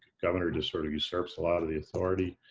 governor just sort of usurps a lot of the authority.